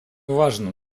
важным